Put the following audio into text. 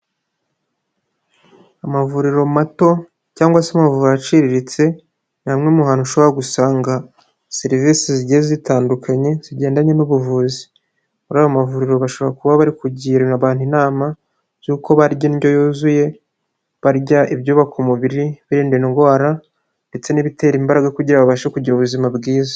Amavuriro mato cyangwa se amavuriro aciriritse ni hamwe mu hantu ushobora gusanga serivisi zigiye zitandukanye zigendanye n'ubuvuzi, muri ayo mavuriro bashobora kuba bari kugira abantu inama z'uko barya indyo yuzuye barya ibyubaka umubiri, ibirinda indwara ndetse n'ibitera imbaraga kugira babashe kugira ubuzima bwiza.